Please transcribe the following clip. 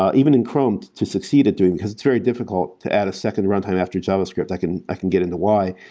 ah even in chrome, to succeed at doing. it's very difficult to add a second runtime after javascript. i can i can get into why.